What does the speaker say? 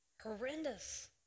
horrendous